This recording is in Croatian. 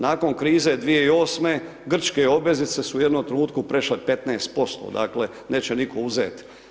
Nakon krize 2008. grčke obveznice su u jednom trenutku prešle 15%, dakle neće nitko uzeti.